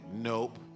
nope